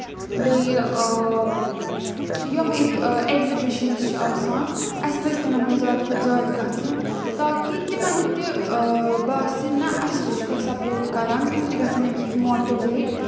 بیٚیہِ یِم ییٚتہِ ایٚگزِبِشنٕز چھِ آسان اَسہِ پَزِ تِمن منٛز زیادٕ کھۄتہٕ زیادٕ گژھُن تاکہِ تِمن تہِ باسہِ نہ اَسہِ تہِ چھُ کانٛہہ سَپورٹ کران تِم تہِ گژھن اَمہِ سۭتۍ ماٹِویٹ